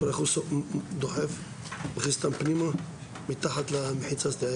את רואה איך הוא דוחף ומכניס אותן פנימה מתחת למחיצות?